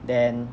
then